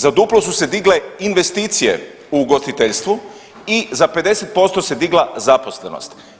Za duplo su se digle investicije u ugostiteljstvu i za 50% se digla zaposlenost.